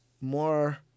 more